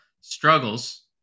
struggles